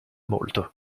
molto